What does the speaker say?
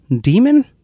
demon